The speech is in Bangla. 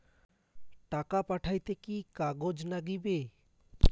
টাকা পাঠাইতে কি কাগজ নাগীবে?